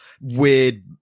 weird